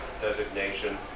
designation